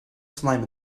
slime